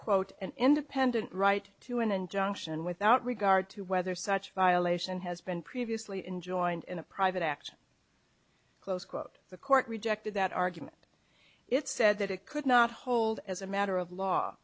quote an independent right to an injunction without regard to whether such a violation has been previously enjoined in a private action close quote the court rejected that argument it said that it could not hold as a matter of law